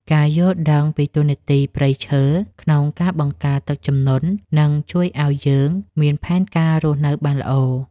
ការយល់ដឹងពីតួនាទីព្រៃឈើក្នុងការបង្ការទឹកជំនន់នឹងជួយឱ្យយើងមានផែនការរស់នៅបានល្អ។